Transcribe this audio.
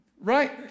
Right